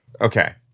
Okay